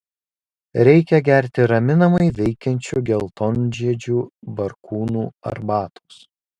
reikia gerti raminamai veikiančių geltonžiedžių barkūnų arbatos